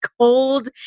cold